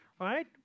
right